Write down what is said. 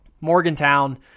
Morgantown